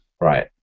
right